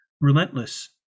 Relentless